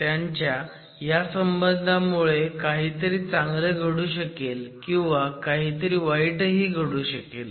त्यांच्या ह्या संबंधांमुळे काहीतरी चांगलं घडू शकेल किंवा काही वाईटही घडू शकेल